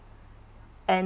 and